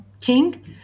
king